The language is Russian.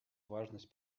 важность